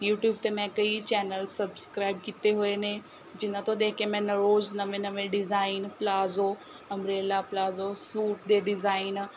YouTube 'ਤੇ ਮੈਂ ਕਈ ਚੈਨਲ ਸਬਸਕ੍ਰਾਈਬ ਕੀਤੇ ਹੋਏ ਨੇ ਜਿਹਨਾਂ ਤੋਂ ਦੇਖ ਕੇ ਮੈਂ ਨ ਰੋਜ਼ ਨਵੇਂ ਨਵੇਂ design palazzo umbrella palazzo suit ਦੇ ਡਿਜ਼ਾਈਨ